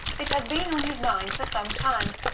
it had been on his mind for some time,